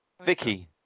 Vicky